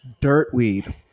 Dirtweed